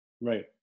Right